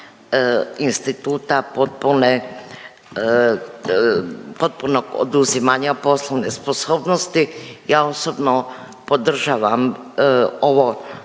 potpune, potpunog oduzimanja poslovne sposobnosti. Ja osobno podržavam ovo,